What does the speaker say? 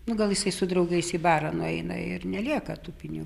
nu gal jisai su draugais į barą nueina ir nelieka tų pini